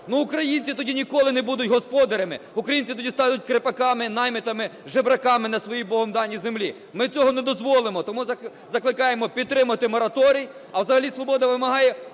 українці тоді ніколи не будуть господарями, українці тоді стануть кріпаками наймитами, жебраками на своїй, Богом даній землі. Ми цього не дозволимо, тому закликаємо підтримати мораторій. А взагалі "Свобода" вимагає